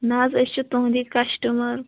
نَہ حظ أسۍ چھِ تُہنٛدے کَسٹَمَر